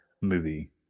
movie